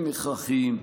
הם הכרחיים,